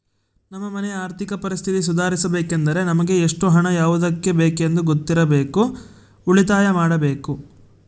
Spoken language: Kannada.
ನಮ್ಮ ಮನೆಯ ಆರ್ಥಿಕ ಪರಿಸ್ಥಿತಿ ಸುಧಾರಿಸಬೇಕೆಂದರೆ ನಮಗೆ ಎಷ್ಟು ಹಣ ಯಾವುದಕ್ಕೆ ಬೇಕೆಂದು ಗೊತ್ತಿರಬೇಕು, ಉಳಿತಾಯ ಮಾಡಬೇಕು